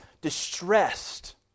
distressed